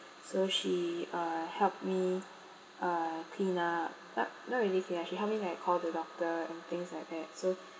so she uh helped me uh clean up uh not really clean she helped me like call the doctor and things like that so